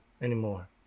anymore